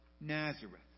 Nazareth